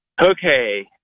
Okay